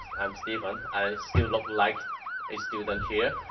i'm steven. i still look like a student here,